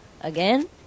Again